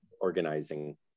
organizing